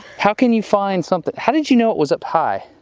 how can you find something? how did you know it was up high?